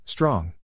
Strong